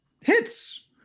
hits